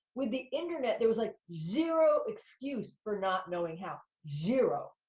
with the internet, there's like zero excuse for not knowing how, zero.